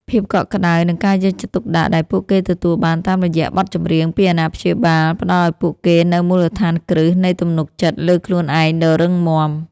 ភាពកក់ក្តៅ និងការយកចិត្តទុកដាក់ដែលពួកគេទទួលបានតាមរយៈបទចម្រៀងពីអាណាព្យាបាល ផ្តល់ឱ្យពួកគេនូវមូលដ្ឋានគ្រឹះនៃទំនុកចិត្តលើខ្លួនឯងដ៏រឹងមាំ